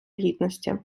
гідності